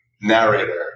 narrator